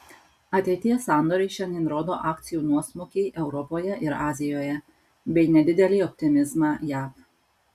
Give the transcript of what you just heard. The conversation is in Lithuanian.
ateities sandoriai šiandien rodo akcijų nuosmukį europoje ir azijoje bei nedidelį optimizmą jav